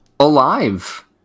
alive